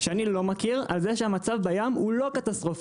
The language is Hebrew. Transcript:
שאני לא מכיר על כך שהמצב בים הוא לא קטסטרופלי,